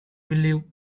will